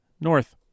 North